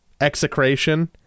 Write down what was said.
execration